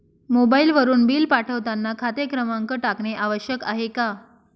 मोबाईलवरून बिल पाठवताना खाते क्रमांक टाकणे आवश्यक आहे का?